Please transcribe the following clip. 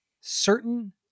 certain